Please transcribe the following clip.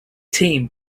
team